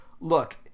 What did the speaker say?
look